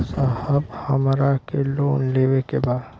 साहब हमरा के लोन लेवे के बा